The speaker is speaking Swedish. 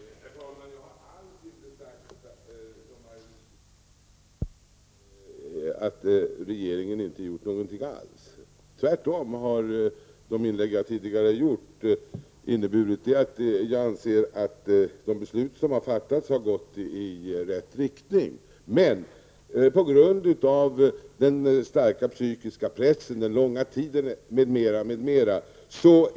Herr talman! Jag har alls inte sagt, som Maj-Lis Lööw påstod, att regeringen inte har gjort någonting. Tvärtom har de inlägg som jag tidigare gjort inneburit att jag anser att det som gjorts har gått i rätt riktning. Men på grund av den starka psykiska pressen, den långa tiden m.m.m.m.